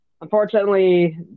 unfortunately